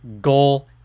goal